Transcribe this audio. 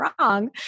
wrong